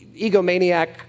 egomaniac